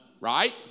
Right